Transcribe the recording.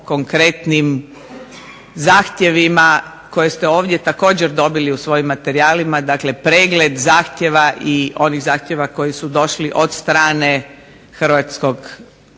konkretnim zahtjevima koje ste ovdje dobili u svojim materijalima, pregled zahtjeva i onih zahtjeva koji su došli od strane Hrvatske